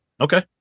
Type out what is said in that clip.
Okay